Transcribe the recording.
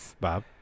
bob